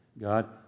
God